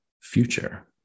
future